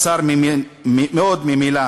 הצר מאוד ממילא,